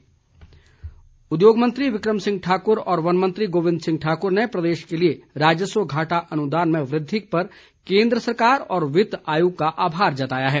आभार उद्योग मंत्री विक्रम सिंह और वनमंत्री गोविंद ठाकुर ने प्रदेश के लिए राजस्व घाटा अनुदान में वृद्वि पर केन्द्र सरकार व वित्त आयोग का आभार जताया है